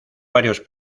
varios